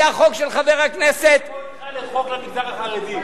בוא נקרא לחוק למגזר החרדי.